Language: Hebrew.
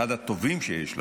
אחד הטובים שיש לנו,